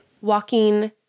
walking